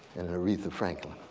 and and aretha franklin,